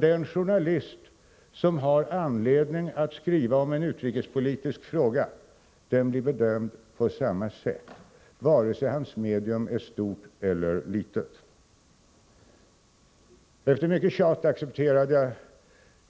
Den journalist som har anledning att skriva om en utrikespolitisk fråga blir bedömd på samma sätt vare sig hans medium är stort eller litet. Efter mycket tjat accepterade jag